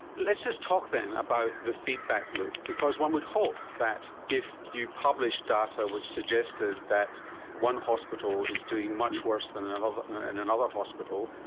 let's just talk then about the feedback loop, because one would hope that if you published data which suggested that one hospital is doing much worse than another and another hospital,